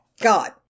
God